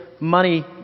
money